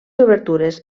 obertures